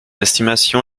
estimation